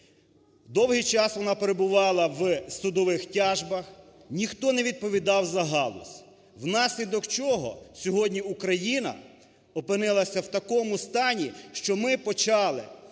Довгий час вона перебувала в судових тяжбах, ніхто не відповідав за галузь. Внаслідок чого сьогодні Україна опинилася в такому стані, що ми почали,